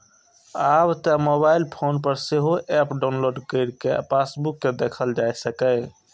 आब तं mobile phone पर सेहो एप डाउलोड कैर कें पासबुक कें देखल जा सकैए